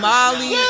Molly